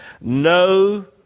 No